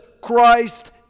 Christ